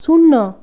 শূন্য